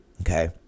Okay